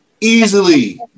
easily